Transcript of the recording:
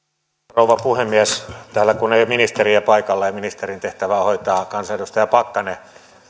rouva puhemies täällä kun ei ole ministeriä paikalla ja ministerin tehtävää hoitaa kansanedustaja pakkanen